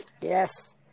yes